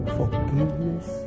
forgiveness